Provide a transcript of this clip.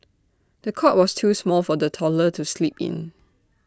the cot was too small for the toddler to sleep in